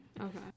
Okay